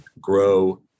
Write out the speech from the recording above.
grow